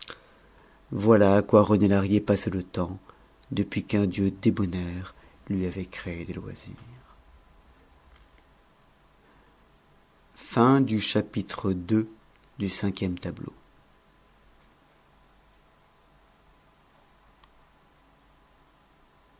voilà à quoi rené lahrier passait le temps depuis qu'un dieu débonnaire lui avait créé des loisirs